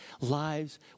lives